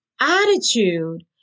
attitude